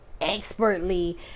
expertly